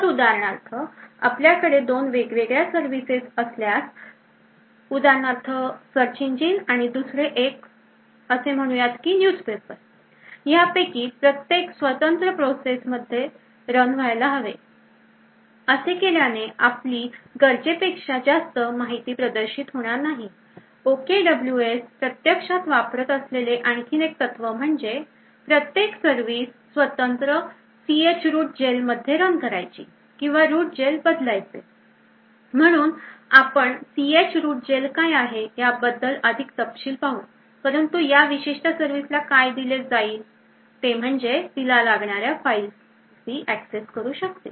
तर उदाहरणार्थ आपल्याकडे दोन वेगवेगळ्या सर्विसेस असल्यास उदाहरणार्थ सर्च इंजिन आणि दुसरे एक असे म्हणूयात की न्युज पेपर यापैकी प्रत्येक स्वतंत्र प्रोसेस मध्ये रन व्हायला हवे असे केल्याने आपली गरजेपेक्षा जास्त माहिती प्रदर्शित होणार नाही OKWS प्रत्यक्षात वापरत असलेले आणखी एक तत्व म्हणजे प्रत्येक सर्विस स्वतंत्र chroot jail मध्ये रन करायची किंवा रूट जेल बदलायचे म्हणून आपण सीएच रूट जेल काय आहे याबद्दल अधिक तपशील पाहू परंतु ह्या विशिष्ट सर्विसला काय दिले जाईल ते म्हणजे तिला लागणाऱ्या फाईल एक्सेस ती करू शकते